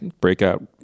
Breakout